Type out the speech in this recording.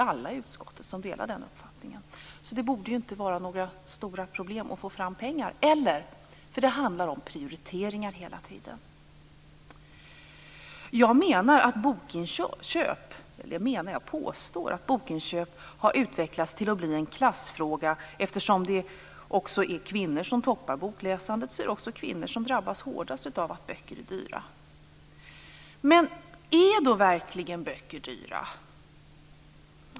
Alla i utskottet delar nog den uppfattningen. Så det borde inte vara några stora problem att få fram pengar, för det handlar hela tiden om prioriteringar. Jag påstår att bokinköp har utvecklats till att bli en klassfråga. Eftersom det är kvinnor som toppar bokläsandet är det också kvinnor som drabbas hårdast av att böcker är dyra. Men är då verkligen böcker dyra?